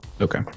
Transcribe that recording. Okay